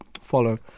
follow